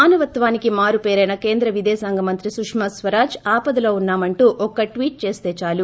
మానవత్సానికి మారు పేరైన కేంద్ర విదేశాంగ మంత్రి సుష్మాస్వరాజ్ ఆపదలో ఉన్నామంటూ ఒక్క టీఏట్ చేస్తే చాలు